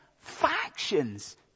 factions